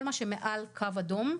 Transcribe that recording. כל מה שמעל קו אדום,